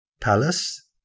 Palace